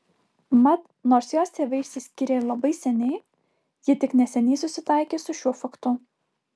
mat nors jos tėvai išsiskyrė ir labai seniai ji tik neseniai susitaikė su šiuo faktu